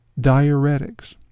diuretics